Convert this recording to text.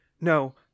No